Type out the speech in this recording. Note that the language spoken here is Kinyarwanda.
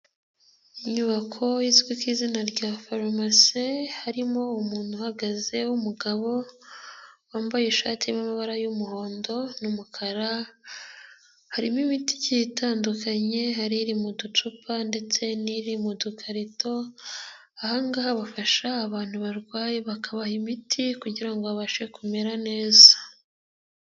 Inyubako izwi ku izina rya farumasi, harimo umuntu uhagaze w'umugabo wambaye ishati y'amabara y'umuhondo n'umukara. Harimo imiti itandukanye hari iri mu ducupa ndetse n'iri mu dukarito. Aha ngaha bafasha abantu barwaye bakabaha imiti kugira ngo babashe kumera neza.